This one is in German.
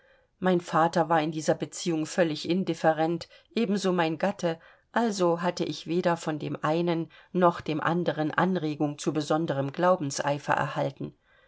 mein vater war in dieser beziehung völlig indifferent ebenso mein gatte also hatte ich weder von dem einen noch dem andern anregung zu besonderem glaubenseifer erhalten